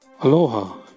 Aloha